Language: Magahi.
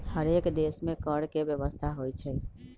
हरेक देश में कर के व्यवस्था होइ छइ